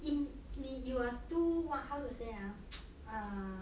in need you are too how to say ah err